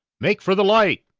make for the light.